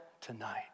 Tonight